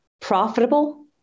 profitable